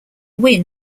win